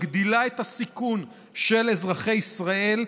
היא מגדילה את הסיכון של אזרחי ישראל.